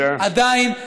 עדיין,